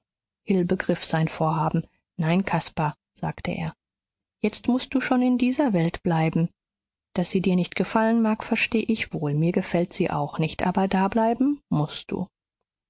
hill begriff sein vorhaben nein caspar sagte er jetzt mußt du schon in dieser welt bleiben daß sie dir nicht gefallen mag versteh ich wohl mir gefällt sie auch nicht aber dableiben mußt du